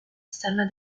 stella